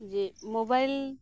ᱡᱮ ᱢᱚᱵᱟᱭᱤᱞ